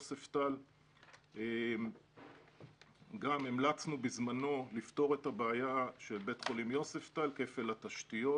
בזמנו המלצנו לפתור את הבעיה של בית חולים יוספטל כפל התשתיות.